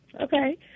Okay